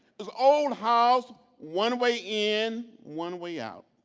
this old house one way in, one way out.